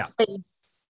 place